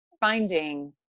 finding